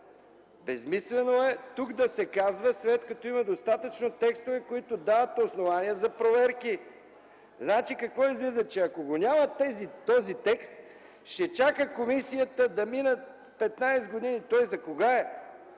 Безсмислено е тук да се казва, след като има достатъчно текстове, които дават основание за проверки. Какво излиза? Че ако го няма този текст, комисията ще чака да минат 15 години?! Това е